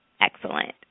excellent